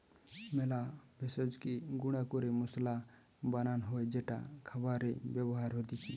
মেলা ভেষজকে গুঁড়া ক্যরে মসলা বানান হ্যয় যেটা খাবারে ব্যবহার হতিছে